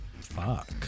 Fuck